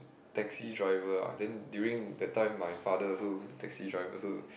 taxi driver ah then during that time my father also taxi driver also